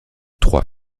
trois